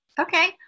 Okay